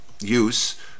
use